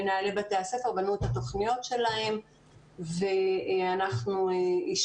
מנהלי בתי הספר בנו את התכניות שלהם ואנחנו אישרנו